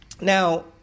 Now